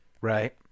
Right